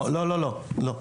לא, לא.